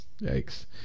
Yikes